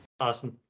awesome